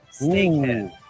snakehead